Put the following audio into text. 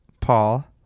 Paul